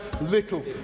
little